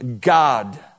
God